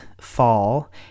fall